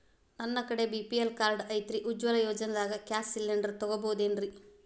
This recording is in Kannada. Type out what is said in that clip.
ನನ್ನ ಕಡೆ ಬಿ.ಪಿ.ಎಲ್ ಕಾರ್ಡ್ ಐತ್ರಿ, ಉಜ್ವಲಾ ಯೋಜನೆದಾಗ ಗ್ಯಾಸ್ ಸಿಲಿಂಡರ್ ತೊಗೋಬಹುದೇನ್ರಿ?